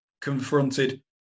confronted